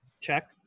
Check